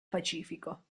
pacifico